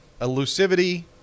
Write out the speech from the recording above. elusivity